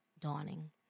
dawning